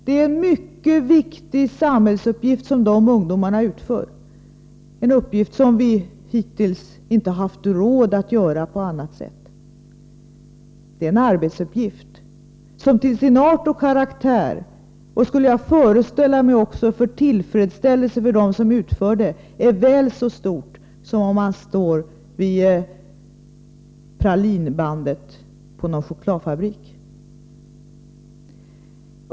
Det är en mycket viktig samhällsuppgift som dessa ungdomar utför, en uppgift som vi hittills inte haft råd att utföra på annat sätt. Det är en arbetsuppgift som till sin art och karaktär — och också beträffande tillfredsställelsen för dem som utför det, skulle jag föreställa mig — är väl så stor som uppgiften att stå vid pralinbandet i någon chokladfabrik.